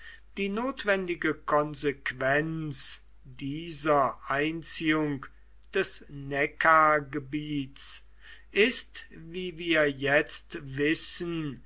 die notwendige konsequenz dieser einziehung des neckargebiets ist wie wir jetzt wissen